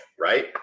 Right